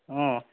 অঁ